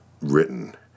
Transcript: Written